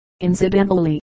Incidentally